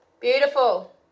beautiful